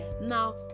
Now